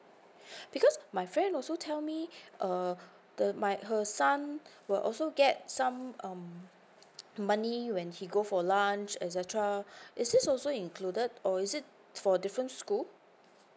because my friend also tell me uh the like her son will also get some um money when he go for lunch et cetera is this also included or is it for different school